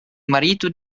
marito